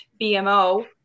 BMO